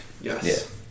Yes